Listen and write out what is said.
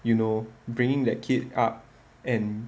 you know bringing that kid up and